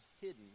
hidden